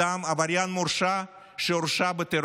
אדם עבריין מורשע שהורשע בטרור,